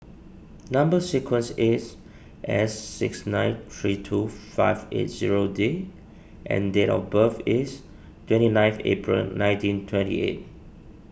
Number Sequence is S six nine three two five eight zero D and date of birth is twenty ninth April nineteen twenty eight